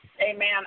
Amen